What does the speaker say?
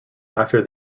after